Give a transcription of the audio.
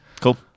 Cool